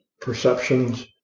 perceptions